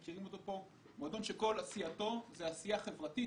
מועדון שכל עשייתו היא עשייה חברתית,